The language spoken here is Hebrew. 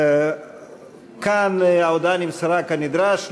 כאן ההודעה נמסרה כנדרש,